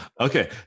Okay